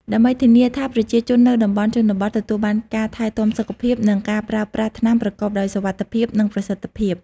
ដើម្បីធានាថាប្រជាជននៅតំបន់ជនបទទទួលបានការថែទាំសុខភាព និងការប្រើប្រាស់ថ្នាំប្រកបដោយសុវត្ថិភាព និងប្រសិទ្ធភាព។